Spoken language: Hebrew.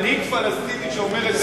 מנהיג פלסטיני שאומר את זה בגלוי.